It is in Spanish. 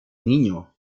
niño